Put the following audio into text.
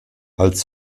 als